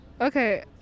okay